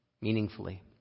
meaningfully